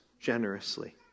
generously